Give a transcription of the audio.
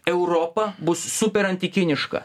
europa bus super antikiniška